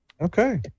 Okay